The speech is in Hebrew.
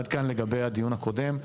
עד כאן לגבי הדיון הקודם.